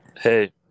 Hey